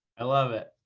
i love it.